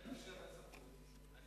אני